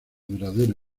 duradero